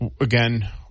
again